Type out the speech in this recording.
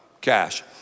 cash